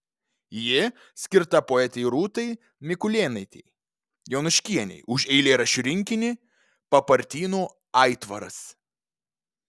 ji skirta poetei rūtai mikulėnaitei jonuškienei už eilėraščių rinkinį papartynų aitvaras